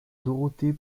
dorothée